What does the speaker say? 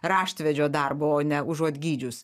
raštvedžio darbu o ne užuot gydžius